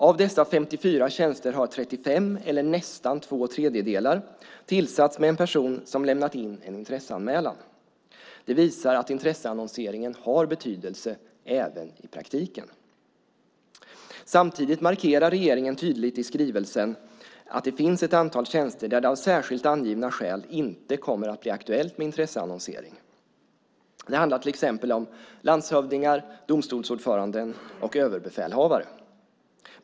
Av dessa 54 tjänster har 35 eller nästan två tredjedelar tillsatts med en person som har lämnat in en intresseanmälan. Det visar att intresseannonseringen har betydelse även i praktiken. Samtidigt markerar regeringen tydligt i skrivelsen att det finns ett antal tjänster där det av särskilt angivna skäl inte kommer att bli aktuellt med intresseannonsering. Det handlar till exempel om landshövdingar, domstolsordförande och överbefälhavare.